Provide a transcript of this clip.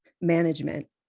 management